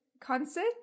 concert